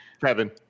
Kevin